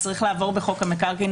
צריך לעבור בחוק המקרקעין,